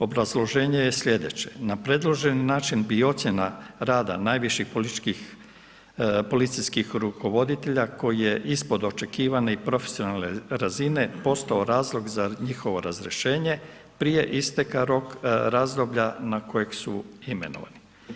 Obrazloženje je slijedeće, na predloženi način bi i ocjena rada najviših policijskih rukovoditelja koji je ispod očekivane i profesionalne razine postao razlog za njihovo razrješenje prije isteka razdoblja na kojeg su imenovani.